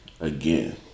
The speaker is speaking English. Again